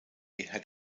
had